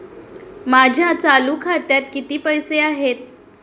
माझ्या चालू खात्यात किती पैसे आहेत?